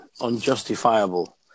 unjustifiable